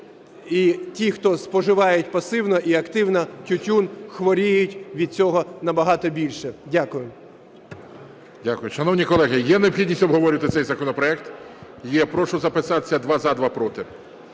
і ті, хто споживають пасивно і активно тютюн, хворіють від цього набагато більше. Дякую. ГОЛОВУЮЧИЙ. Шановні колеги, є необхідність обговорювати цей законопроект? Я прошу записати: два – за, два – проти.